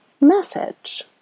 message